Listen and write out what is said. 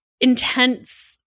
intense –